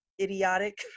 idiotic